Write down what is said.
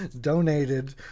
Donated